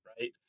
right